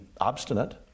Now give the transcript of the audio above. obstinate